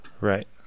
Right